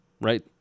right